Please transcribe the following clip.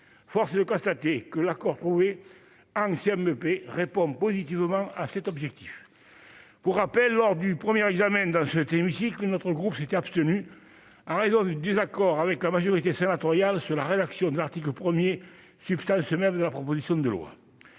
force est de constater que l'accord trouvé un 2ème bébé, répond positivement à cet objectif pour rappel lors du 1er examen dans cet hémicycle, notre groupe s'étaient abstenus en raison du désaccord avec la majorité sénatoriale sur la rédaction de l'article 1er substance de la proposition de loi,